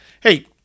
Hey